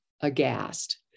aghast